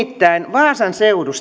vaasan